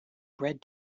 bread